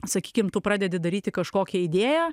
sakykim tu pradedi daryti kažkokią idėją